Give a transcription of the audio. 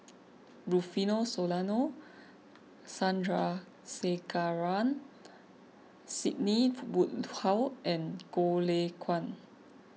Rufino Soliano Sandrasegaran Sidney Woodhull and Goh Lay Kuan